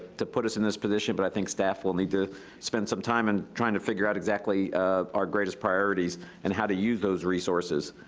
to put us in this position, but i think staff will need to spend some time and trying to figure out exactly our greatest priorities in and how to use those resources.